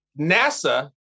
NASA